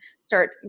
start